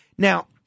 Now